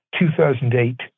2008